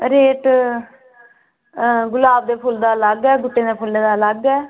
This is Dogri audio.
रेट गुलाब दे फुल्ल दा लग्ग ऐ गुट्टे दे फुल्लें दा लग्ग ऐ